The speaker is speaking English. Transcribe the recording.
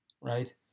right